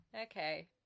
Okay